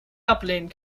ablehnen